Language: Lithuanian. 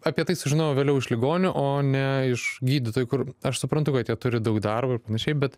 apie tai sužinojau vėliau iš ligonių o ne iš gydytojų kur aš suprantu kad jie turi daug darbo ir panašiai bet